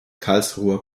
karlsruher